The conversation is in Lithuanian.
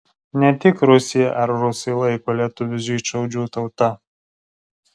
ne tik rusija ar rusai laiko lietuvius žydšaudžių tauta